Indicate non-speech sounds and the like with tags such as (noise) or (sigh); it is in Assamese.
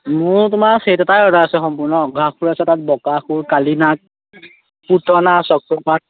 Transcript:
মোৰ তোমাৰ চেট এটাই অৰ্ডাৰ আছে সম্পূৰ্ণ (unintelligible) সুৰ আছে বকাসুৰ তাতে কালীনাগ পুতনা চক্ৰপাত